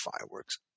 fireworks